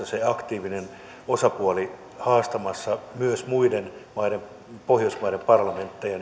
se aktiivinen osapuoli haastamassa myös muiden pohjoismaiden parlamentteja